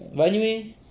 but anyway